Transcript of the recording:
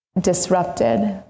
disrupted